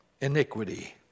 iniquity